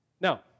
Now